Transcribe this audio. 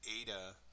Ada